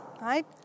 right